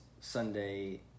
Sunday